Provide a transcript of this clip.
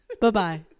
Bye-bye